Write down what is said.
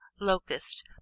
locust